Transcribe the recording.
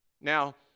Now